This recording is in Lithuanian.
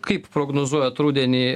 kaip prognozuojat rudenį